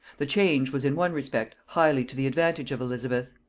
the change was in one respect highly to the advantage of elizabeth.